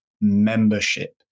membership